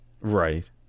Right